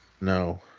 No